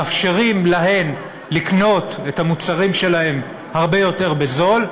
מאפשרים להן לקנות את המוצרים שלהן הרבה יותר בזול,